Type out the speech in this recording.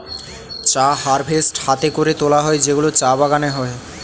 চা হারভেস্ট হাতে করে তোলা হয় যেগুলো চা বাগানে হয়